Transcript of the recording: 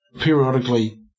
periodically